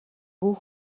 бүү